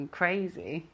crazy